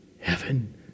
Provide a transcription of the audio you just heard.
Heaven